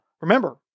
remember